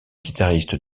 guitariste